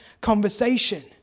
conversation